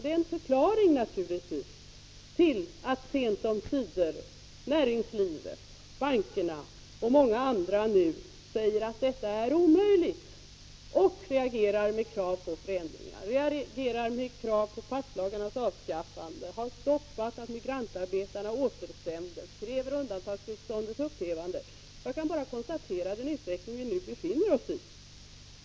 Det är naturligtvis förklaringen till att företrädare för näringslivet och bankerna och många andra nu sent omsider säger att läget är omöjligt och reagerar med krav på förändringar, på passlagarnas avskaffande, på stopp för att emigrantarbetare återsänds och på att undantagstillståndet upphävs. Jag bara konstaterar den utveckling som vi nu befinner oss i.